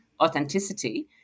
authenticity